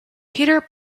peter